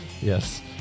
Yes